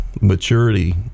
maturity